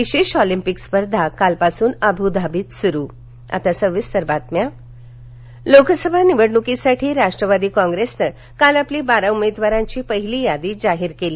विशेष ऑलिम्पिक स्पर्धा कालपासून अबू धाबीत सूरु राष्टवादी यादी लोकसभा निवडणुकीसाठी राष्ट्रवादी कॉप्रेसनं आज आपली बारा उमेदवारांची पहिली यादी जाहीर केली